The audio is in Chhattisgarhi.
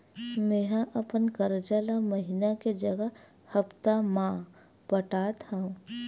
मेंहा अपन कर्जा ला महीना के जगह हप्ता मा पटात हव